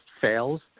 fails